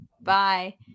bye